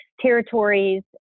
territories